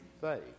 faith